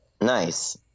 Nice